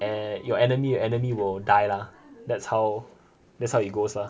eh your enemy your enemy will die lah that's how that's how it goes lah